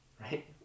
Right